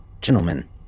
gentlemen